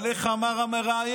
אבל איך אמר המראיין?